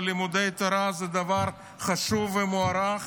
ולימודי תורה זה דבר חשוב ומוערך,